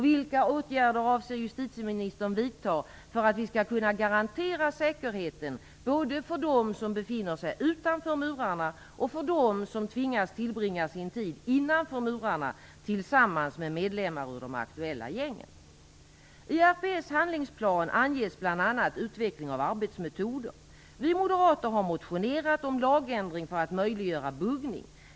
Vilka åtgärder avser justitieministern vidta för att vi skall kunna garantera säkerheten, både för dem som befinner sig utanför murarna och för dem som tvingas tillbringa sin tid innanför murarna tillsammans med medlemmar ur de aktuella gängen? I RPS handlingsplan anges bl.a. utveckling av arbetsmetoder. Vi moderater har motionerat om en lagändring för att möjliggöra buggning.